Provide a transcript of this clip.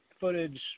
footage